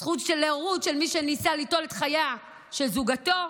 זכות להורות של מי ניסה ליטול את חייה של זוגתו.